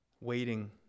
Waiting